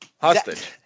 hostage